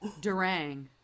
Durang